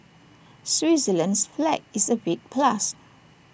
Switzerland's flag is A big plus